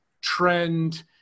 trend